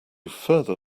further